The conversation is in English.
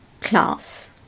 class